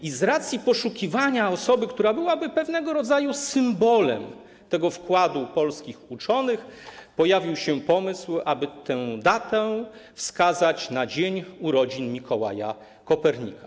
I z racji poszukiwania osoby, która byłaby pewnego rodzaju symbolem tego wkładu polskich uczonych, pojawił się pomysł, aby datą tego święta był dzień urodzin Mikołaja Kopernika.